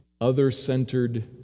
other-centered